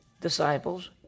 disciples